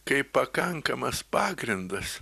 kaip pakankamas pagrindas